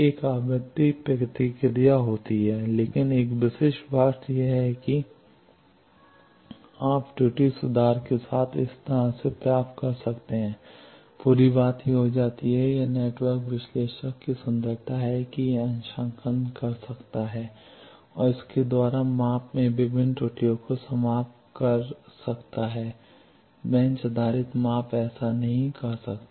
एक आवृत्ति प्रतिक्रिया होनी चाहिए लेकिन एक विशिष्ट बात यह है कि आप त्रुटि सुधार के साथ इस तरह से प्राप्त करते हैं पूरी बात यह हो जाती है यह नेटवर्क विश्लेषक की सुंदरता है कि यह अंशांकन कर सकता है और इसके द्वारा माप में विभिन्न त्रुटियों को समाप्त कर सकता है बेंच आधारित माप ऐसा नहीं कर सका